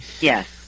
Yes